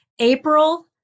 April